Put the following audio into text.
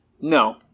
No